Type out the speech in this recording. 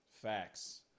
Facts